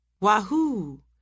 Wahoo